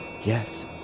Yes